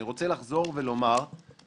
אני רוצה לחזור ולומר שאנחנו